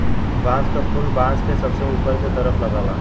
बांस क फुल बांस के सबसे ऊपर के तरफ लगला